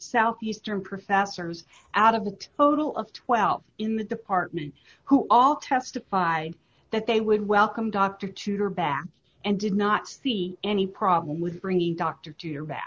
south eastern professors out of the total of twelve in the department who all testified that they would welcome doctor tutor back and did not see any problem with bringing dr to your back